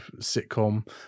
sitcom